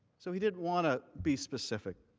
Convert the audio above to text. so he didn't want to be specific.